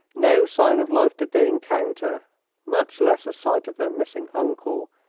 no sign of life did they encounter much less a sight of their missing uncle.